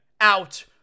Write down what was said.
out